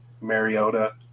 Mariota